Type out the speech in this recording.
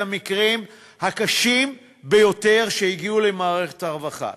המקרים הקשים ביותר שהגיעו למערכת הרווחה,